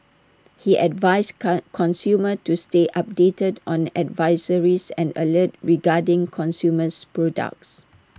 he advised con consumers to stay updated on advisories and alerts regarding consumers products